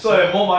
then